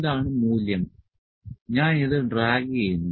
ഇതാണ് മൂല്യം ഞാൻ ഇത് ഡ്രാഗ് ചെയ്യുന്നു